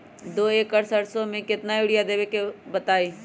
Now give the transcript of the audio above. दो एकड़ सरसो म केतना यूरिया देब बताई?